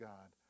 God